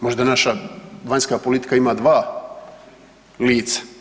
Možda naša vanjska politika ima dva lica.